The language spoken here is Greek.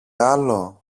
άλλο